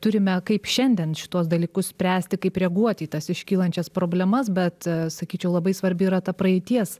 turime kaip šiandien šituos dalykus spręsti kaip reaguoti į tas iškylančias problemas bet sakyčiau labai svarbi yra ta praeities